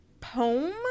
poem